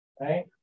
right